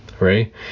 right